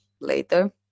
later